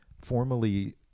formally